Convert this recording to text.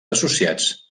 associats